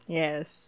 yes